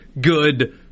good